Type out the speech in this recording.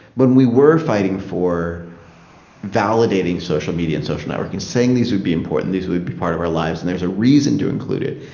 when we were fighting for validating social media and social networking, saying these would be important, these would be part of our lives and there's a reason to include it,